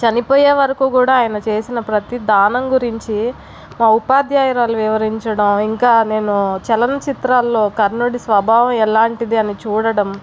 చనిపోయే వరకూ కూడా ఆయన చేసిన ప్రతీ దానం గురించి మా ఉపాధ్యాయురాలు వివరించడం ఇంకా నేను చలన చిత్రాల్లో కర్ణుడి స్వభావం ఎలాంటిది అని చూడడం